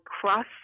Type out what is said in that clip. cross